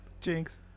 Jinx